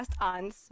on